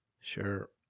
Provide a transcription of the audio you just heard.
Sure